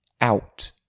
out